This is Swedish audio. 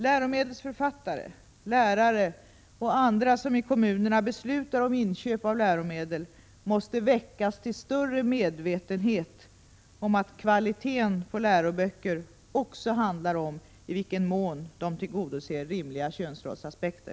Läromedelsförfattare, lärare och andra som i kommunerna beslutar om inköp av läromedel måste väckas till större medvetenhet om att kvaliteten på läroböcker också handlar om i vilken mån de tillgodoser rimliga könsrollsaspekter.